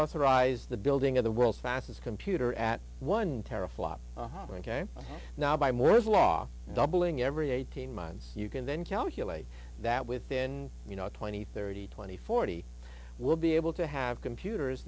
authorized the building of the world's fastest computer at one teraflop one k now by moore's law doubling every eighteen months you can then calculate that within you know twenty thirty twenty forty we'll be able to have computers